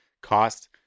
cost